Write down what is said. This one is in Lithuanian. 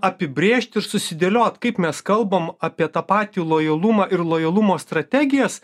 apibrėžt ir susidėliot kaip mes kalbam apie tą patį lojalumą ir lojalumo strategijas